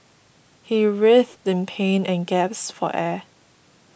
he writhed in pain and gasped for air